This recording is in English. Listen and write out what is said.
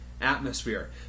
atmosphere